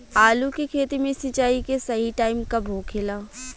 आलू के खेती मे सिंचाई के सही टाइम कब होखे ला?